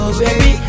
baby